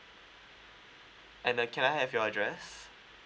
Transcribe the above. and uh can I have your address